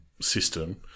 system